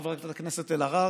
חברת הכנסת אלהרר,